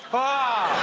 ahhh. a